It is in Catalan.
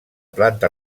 planta